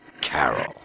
carol